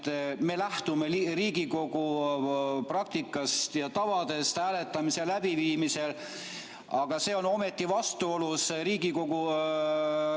et me lähtume Riigikogu praktikast ja tavadest hääletamise läbiviimisel, aga see on ometi vastuolus Riigikogu